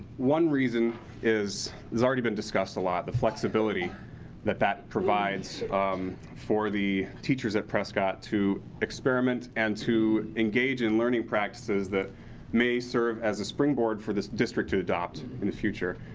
one reason has already been discussed a lot. the flexibility that that provides um for the teachers at prescott to experiment and to engage in learning practices that may serve as a springboard for this district to adopt in the future.